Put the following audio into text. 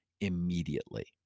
immediately